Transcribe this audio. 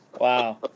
Wow